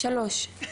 "(3)